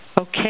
Okay